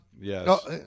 Yes